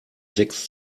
sechs